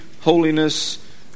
holiness